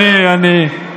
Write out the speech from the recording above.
אני ואני.